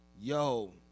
yo